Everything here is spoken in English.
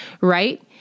right